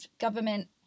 government